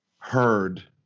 heard